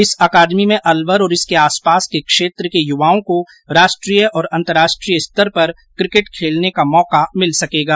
इस अकादमी में अलवर और इसके आसपास के क्षेत्र के युवाओं को राष्ट्रीय और अन्तर्राष्ट्रीय स्तर पर क्रिकेट खेलने का मौका मिल सकेगा